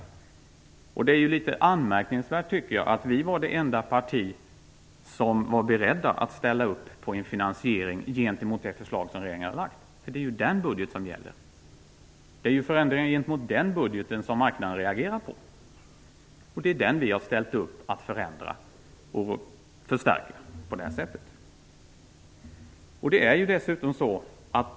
Jag tycker att det är litet anmärkningsvärt att Miljöpartiet är det enda parti som var berett att ställa upp på en finansiering gentemot det förslag som regeringen har lagt fram. Det är den budgeten som gäller. Det är förändringar gentemot den budgeten som marknaden reagerar på. Det är den vi har ställt upp på att förändra och förstärka på det här sättet.